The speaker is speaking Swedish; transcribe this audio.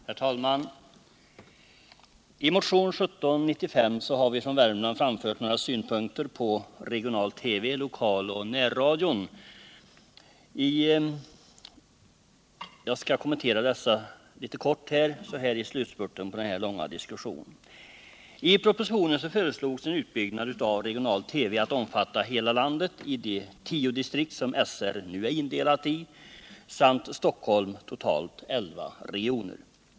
Herr talman! I motionen 1795 har vi från Värmland framfört några synpunkter på regional-TV, lokaloch närradion. Jag skall kommentera dessa kortfattat i slutspurten av den här långa diskussionen. I propositionen föreslås en utbyggnad av regional-TV, att omfatta hela landet, i de tio distrikt som Sveriges Radio nu är indelat i samt Stockholm — totalt elva regioner.